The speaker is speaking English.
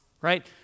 right